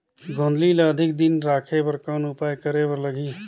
गोंदली ल अधिक दिन राखे बर कौन उपाय करे बर लगही?